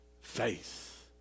Faith